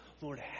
Lord